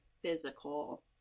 physical